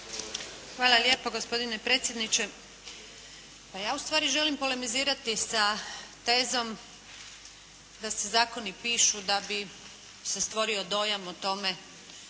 Hvala lijepa gospodine predsjedniče. Pa ja u stvari želim polemizirati sa tezom da se zakoni pišu da bi se stvorio dojam o tome